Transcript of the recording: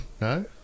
No